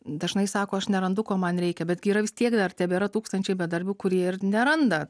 dažnai sako aš nerandu ko man reikia betgi yra vis tiek dar tebėra tūkstančiai bedarbių kurie ir neranda